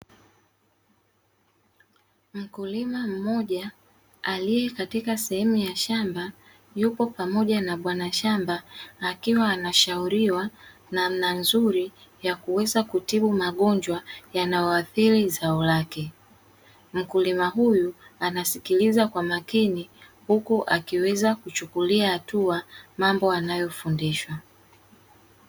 Mkulima mmoja aliyekatika sehemu ya shamba, yupo pamoja na bwana shamba, akiwa anashauriwa namna nzuri ya kuweza kutibu magonjwa yanayoathiri zao lake. Mkulima huyu anasikiliza kwa makini, huku akiweza kuchukulia hatua mambo anayofundishwa.